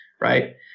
Right